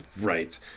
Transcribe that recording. right